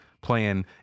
playing